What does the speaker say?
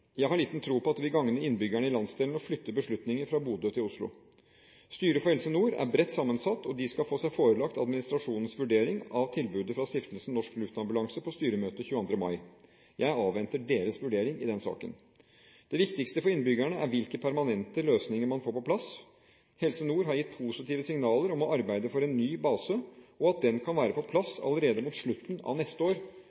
landsdelen å flytte beslutninger fra Bodø til Oslo. Styret for Helse Nord er bredt sammensatt, og de skal få seg forelagt administrasjonens vurdering av tilbudet fra Stiftelsen Norsk Luftambulanse på styremøtet 22. mai. Jeg avventer deres vurdering i denne saken. Det viktigste for innbyggerne er hvilke permanente løsninger man får på plass. Helse Nord har gitt positive signaler om å arbeide for en ny base, og at den kan være på